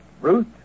Ruth